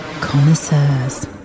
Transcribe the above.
Connoisseurs